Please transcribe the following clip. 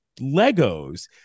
Legos